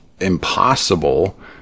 impossible